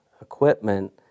equipment